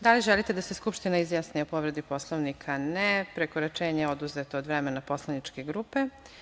Da li želite da se Skupština izjasni o povredi Poslovnika? (Ne) Prekoračenje je oduzeto od vremena poslaničke grupe.